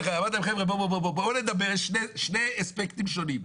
אמרתי להם שיש שני אספקטים שונים,